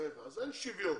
אין שוויון.